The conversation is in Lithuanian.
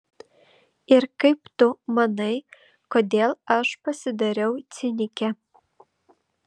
ir kaip tu manai kodėl aš pasidariau cinikė